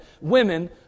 women